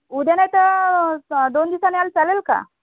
उद्या नाहीतर दोन दिवसांनी आलं चालेल का